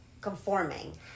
conforming